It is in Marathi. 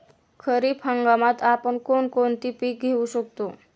खरीप हंगामात आपण कोणती कोणती पीक घेऊ शकतो?